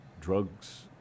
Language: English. drugs